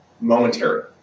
momentary